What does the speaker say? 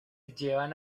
llevan